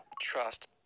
trust